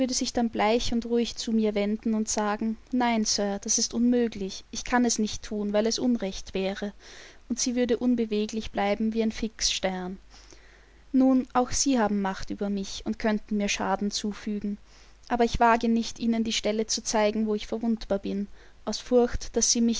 sich dann bleich und ruhig zu mir wenden und sagen nein sir das ist unmöglich ich kann es nicht thun weil es unrecht wäre und sie würde unbeweglich bleiben wie ein fixstern nun auch sie haben macht über mich und könnten mir schaden zufügen aber ich wage nicht ihnen die stelle zu zeigen wo ich verwundbar bin aus furcht daß sie